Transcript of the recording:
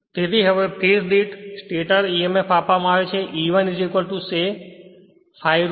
તેથી હવે ફેજ દીઠસ્ટેટર emf આપવામાં આવે છે E1 say pi root 2